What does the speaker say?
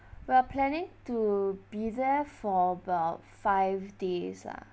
we're planning to be there for about five days lah